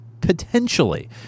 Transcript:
potentially